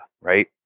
right